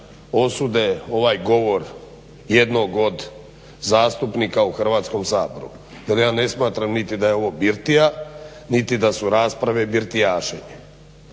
osude ovaj govor jednog od zastupnika u Hrvatskom saboru jer ja ne smatram niti da je ovo birtija, niti da su rasprave birtijašenje,